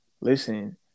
listen